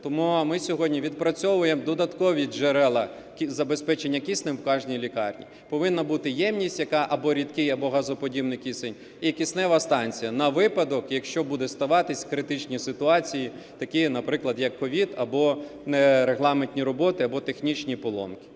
Тому ми сьогодні відпрацьовуємо додаткові джерела забезпечення киснем в кожній лікарні. Повинна бути ємність, яка або рідкий, або газоподібний кисень, і киснева станція на випадок, якщо будуть ставатись критичні ситуації такі, наприклад, як COVID або регламентні роботи, або технічні поломки.